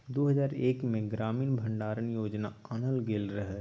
दु हजार एक मे ग्रामीण भंडारण योजना आनल गेल रहय